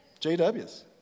JWs